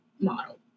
model